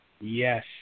Yes